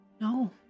No